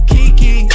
Kiki